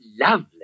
lovely